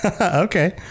okay